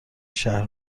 شهر